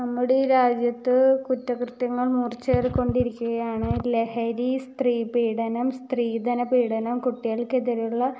നമ്മുടെ രാജ്യത്ത് കുറ്റകൃത്യങ്ങൾ മൂർച്ചയേറിക്കൊണ്ടിരിക്കുകയാണ് ലഹരി സ്ത്രീ പീഡനം സ്ത്രീധന പീഡനം കുട്ടികൾക്കെതിരെ ഉള്ള